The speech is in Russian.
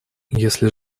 если